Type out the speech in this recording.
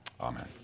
Amen